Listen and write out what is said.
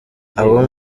abo